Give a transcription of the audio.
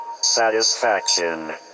satisfaction